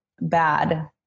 bad